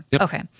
Okay